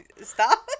Stop